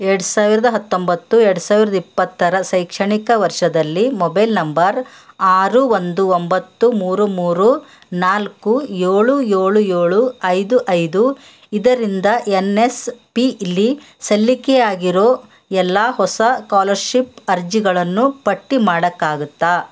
ಎರ್ಡು ಸಾವಿರದ ಹತ್ತೊಂಬತ್ತು ಎರ್ಡು ಸಾವಿರದ ಇಪ್ಪತ್ತರ ಶೈಕ್ಷಣಿಕ ವರ್ಷದಲ್ಲಿ ಮೊಬೈಲ್ ನಂಬರ್ ಆರು ಒಂದು ಒಂಬತ್ತು ಮೂರು ಮೂರು ನಾಲ್ಕು ಏಳು ಏಳು ಏಳು ಐದು ಐದು ಇದರಿಂದ ಎನ್ ಎಸ್ ಪಿಲಿ ಸಲ್ಲಿಕೆಯಾಗಿರೋ ಎಲ್ಲ ಹೊಸ ಕೋಲರ್ಶಿಪ್ ಅರ್ಜಿಗಳನ್ನು ಪಟ್ಟಿ ಮಾಡೋಕ್ಕಾಗುತ್ತಾ